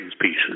pieces